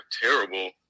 terrible